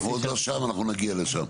אנחנו עוד לא שם, אנחנו נגיע לשם.